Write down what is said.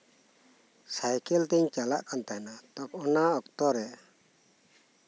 cycle ᱛᱤᱧ ᱪᱟᱞᱟᱜ ᱠᱟᱱ ᱛᱟᱦᱮᱱᱟ ᱚᱱᱟ ᱚᱠᱛᱚᱨᱮ